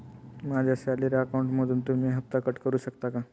माझ्या सॅलरी अकाउंटमधून तुम्ही हफ्ता कट करू शकता का?